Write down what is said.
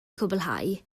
cwblhau